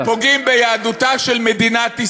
פוגעים ביהדותה של מדינת ישראל.